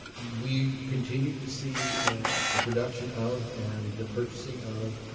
we continue to see the production of, and the purchasing of,